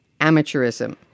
amateurism